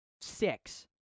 six